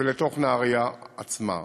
לתוך נהריה עצמה.